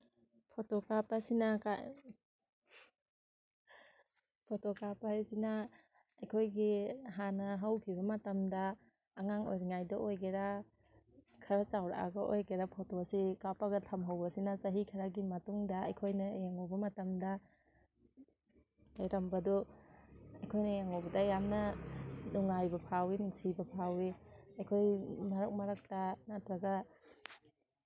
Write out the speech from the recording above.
photo ꯀꯥꯞꯄꯁꯤꯅ photo ꯀꯥꯞꯄ ꯍꯥꯏꯁꯤꯅ ꯑꯩꯈꯣꯏꯒꯤ ꯍꯥꯟꯅ ꯍꯧꯈꯤꯕ ꯃꯇꯝꯗ ꯑꯉꯥꯡ ꯑꯣꯏꯔꯤꯉꯩꯗ ꯑꯣꯏꯒꯦꯔꯥ ꯈꯔ ꯆꯥꯎꯔꯛꯑꯒ ꯑꯣꯏꯒꯦꯔꯥ ꯐꯣꯇꯣꯁꯦ ꯀꯥꯞꯄꯒ ꯊꯝꯍꯧꯕꯁꯤꯅ ꯆꯍꯤ ꯈꯔꯒꯤ ꯃꯇꯨꯡꯗ ꯑꯩꯈꯣꯏꯅ ꯌꯦꯡꯉꯨꯕ ꯃꯇꯝꯗ ꯂꯩꯔꯝꯕꯗꯨ ꯑꯩꯈꯣꯏꯅ ꯌꯦꯡꯉꯨꯕꯗ ꯌꯥꯝꯅ ꯅꯨꯡꯉꯥꯏꯕ ꯐꯥꯎꯋꯤ ꯅꯨꯡꯁꯤꯕ ꯐꯥꯎꯋꯤ ꯑꯩꯈꯣꯏ ꯃꯔꯛ ꯃꯔꯛꯇ ꯅꯠꯇ꯭ꯔꯒ